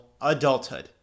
adulthood